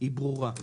היא ברורה.